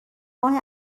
ماه